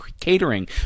catering